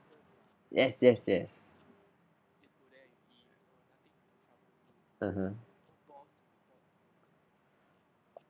yes yes yes (uh huh)